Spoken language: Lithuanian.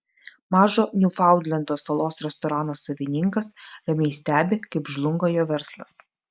mažo niufaundlendo salos restorano savininkas ramiai stebi kaip žlunga jo verslas